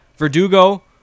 Verdugo